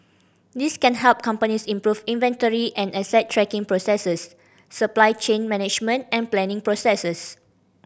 these can help companies improve inventory and asset tracking processes supply chain management and planning processes